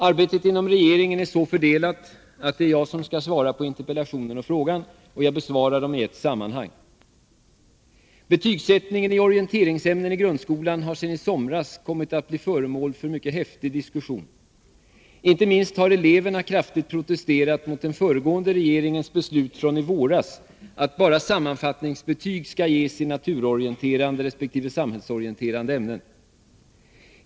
Arbetet inom regeringen är så fördelat att det är jag som skall svara på interpellationen och frågan. Jag besvarar dem i ett sammanhang. Betygsättningen i orienteringsämnen i grundskolan är sedan i somras föremål för mycket häftig diskussion. Inte minst har eleverna kraftigt protesterat mot den föregående regeringens beslut från i våras att bara sammanfattningsbetyg skall ges i naturorienterande resp. samhällsorienterande ämnen.